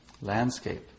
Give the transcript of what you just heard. landscape